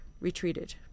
retreated